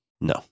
No